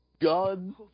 gun